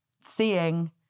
Seeing